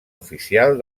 oficial